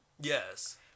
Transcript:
Yes